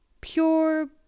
pure